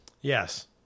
Yes